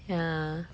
ya